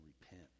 Repent